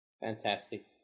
Fantastic